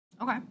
Okay